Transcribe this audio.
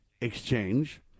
exchange